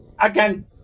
again